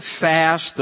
fast